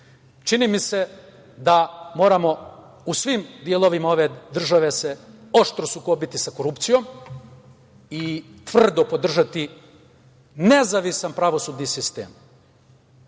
Čini mi se da moramo u svim delovima ove države se oštro sukobiti sa korupcijom i tvrdo podržati nezavisan pravosudni sistem.